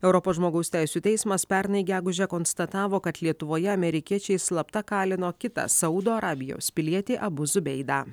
europos žmogaus teisių teismas pernai gegužę konstatavo kad lietuvoje amerikiečiai slapta kalino kitą saudo arabijos pilietį abuzu beidą